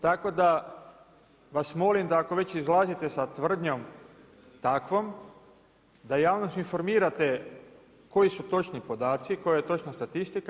Tako da vas molim, da ako već izlazite sa tvrdnjom takvom, da javnost informirate, koji su točni podaci, koja je točna statistika.